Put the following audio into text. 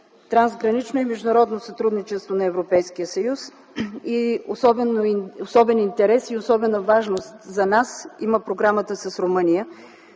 трансгранично и международно сътрудничество на Европейския съюз. Особен интерес и особена важност за нас има програмата с Румъния,